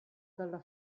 dalla